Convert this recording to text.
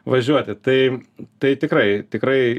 važiuoti tai tai tikrai tikrai